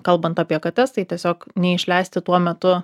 kalbant apie kates tai tiesiog neišleisti tuo metu